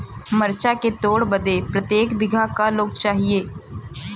मरचा के तोड़ बदे प्रत्येक बिगहा क लोग चाहिए?